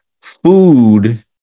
food